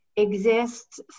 exist